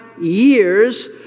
years